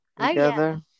together